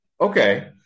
Okay